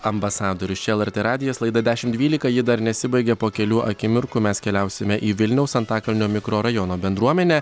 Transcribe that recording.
ambasadorius čia lrt radijas laida dešimt dvylika ji dar nesibaigė po kelių akimirkų mes keliausime į vilniaus antakalnio mikrorajono bendruomenę